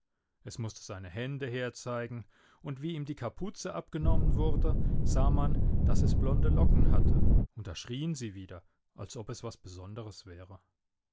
es mußte seine hände herzeigen und wie ihm die kapuze abgenommen wurde sah man daß es blonde locken hatte und da schrien sie wieder als ob es was besonderes wäre